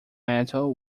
metal